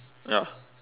ya